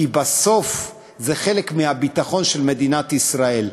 כי בסוף, זה חלק מהביטחון של מדינת ישראל.